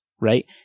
right